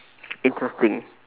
interesting